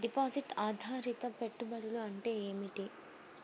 Deposit ఆధారిత పెట్టుబడులు అంటే ఏమిటి?